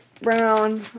Brown